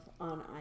on